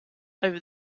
over